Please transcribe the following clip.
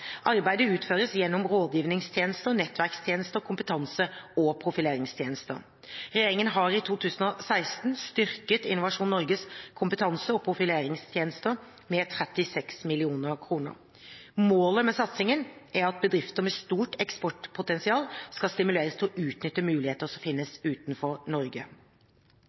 Arbeidet utføres gjennom rådgivningstjenester, nettverkstjenester og kompetanse- og profileringstjenester. Regjeringen har i 2016 styrket Innovasjon Norges kompetanse- og profileringstjenester med 36 mill. kr. Målet med satsingen er at bedrifter med stort eksportpotensial skal stimuleres til å utnytte muligheter som finnes utenfor Norge.